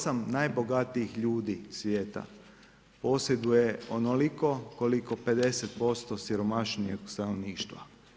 8 najbogatijih svijeta posjeduje onoliko koliko 50% siromašnijeg stanovništva.